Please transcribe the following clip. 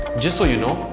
just so you know,